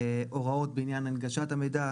הוראות בעניין הנגשת המידע,